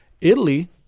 Italy